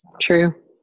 True